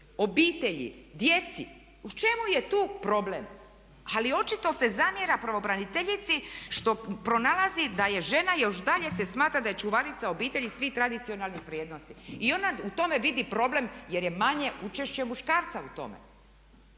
obitelji, djeci. U čemu je tu problem? Ali očito se zamjera pravobraniteljici što pronalazi da je žena još dalje se smatra da je čuvarica obitelji i svih tradicionalnih vrijednosti i ona u tome vidi problem jer je manje učešće muškarca u tome.